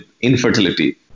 infertility